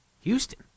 Houston